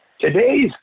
today's